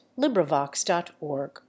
LibriVox.org